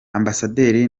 ambasaderi